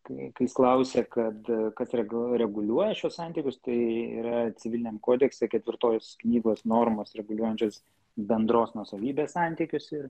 kai kai klausia kad kad reg reguliuoja šiuos santykius tai yra civiliniam kodekse ketvirtos knygos normos reguliuojančios bendros nuosavybės santykius ir